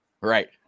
Right